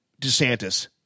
DeSantis